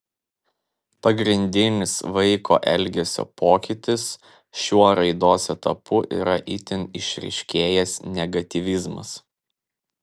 pagrindinis vaiko elgesio pokytis šiuo raidos etapu yra itin išryškėjęs negatyvizmas